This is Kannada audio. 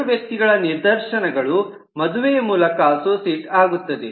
ಎರಡು ವ್ಯಕ್ತಿಗಳ ನಿದರ್ಶನಗಳು ಮದುವೆಯ ಮೂಲಕ ಅಸೋಸಿಯೇಟ್ ಆಗುತ್ತದೆ